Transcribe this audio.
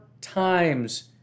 times